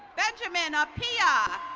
benjamin ah apea.